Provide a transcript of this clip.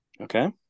Okay